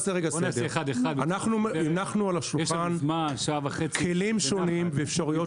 אנחנו הנחנו על השולחן כלים שונים ואפשרויות שונות.